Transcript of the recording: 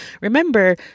remember